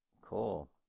Cool